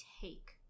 take